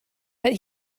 but